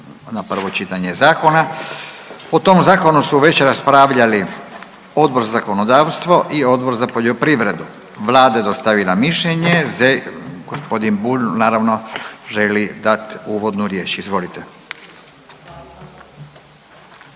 na prvo čitanje zakona. O tom zakonu su već raspravljali Odbor za zakonodavstvo i Odbor za poljoprivredu. Vlada je dostavila mišljenje, g. Bulj, naravno, želi dati uvodnu riječ. Izvolite. **Bulj,